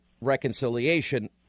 reconciliation